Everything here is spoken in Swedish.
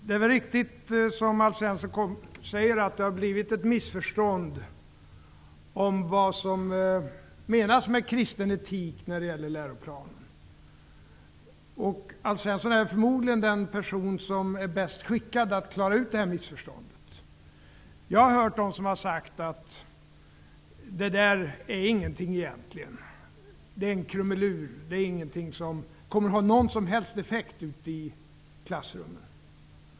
Det är riktigt, som Alf Svensson säger, att det har blivit ett missförstånd om vad som menas med kristen etik i läroplanen. Alf Svensson är förmodligen den person som är bäst skickad att klara ut det missförståndet. Jag har hört dem som har sagt: Det där är egentligen ingenting. Det är bara en krumelur, det kommer inte att ha någon som helst effekt i klassrummen.